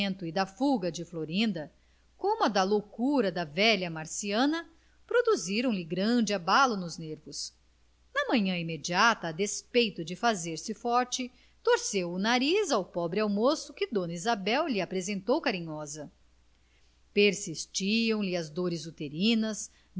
e da fuga de florinda como a da loucura da velha marciana produziu lhe grande abalo nos nervos na manhã imediata a despeito de fazer-se forte torceu o nariz ao pobre almoço que dona isabel lhe apresentou carinhosa persistiam lhe as dores uterinas